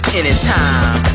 anytime